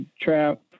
trap